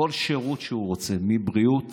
לכל שירות שהוא רוצה: מבריאות